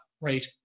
Right